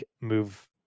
move